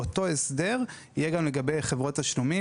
המוסדיים: אותו הסדר יהיה תקף גם לגבי חברות תשלומים.